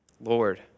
Lord